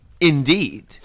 Indeed